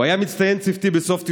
הוא היה מצטיין צוותי בסוף הטירונות,